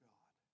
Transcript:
God